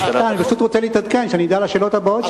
אני פשוט רוצה להתעדכן כדי שאדע לשאלות הבאות שלי.